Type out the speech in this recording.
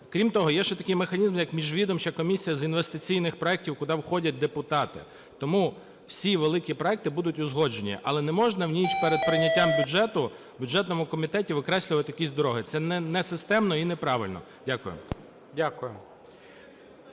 Крім того, є ще такий механізм як Міжвідомча комісія з інвестиційних проектів, куди входять депутати. Тому всі великі проекти будуть узгоджені. Але не можна в ніч перед прийняттям бюджету в бюджетному комітеті викреслювати якісь дороги. Це несистемно і неправильно. Дякую.